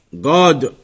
God